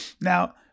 now